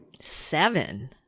seven